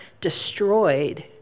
destroyed